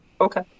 Okay